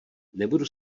nebudu